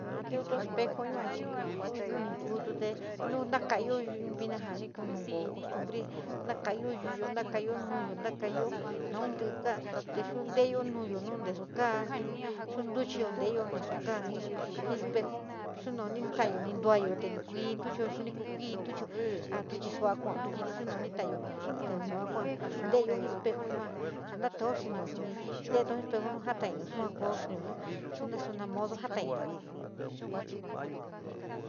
A la jatiunto espejo yua chí nu níí kutú te nu na kaíyo vina janí nunke costumbre já na kaíyo yuuyo, tata kaíyo. Vive ídea, te xí ntieyo nuyo yu nasa kaá xí ntuchío nasa kaá sí expeb xí nuní taiayo niñtayó xí kup tuchío xí nií ku ku mitochío a síxí kua na kítu xintayorí sí pnohíto. Yua kua niteyo saní espejo yua te naú xintiyo te saní teó sí espejo já voa koo xinio xí na modo jatainíyo.